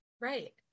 Right